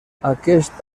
aquest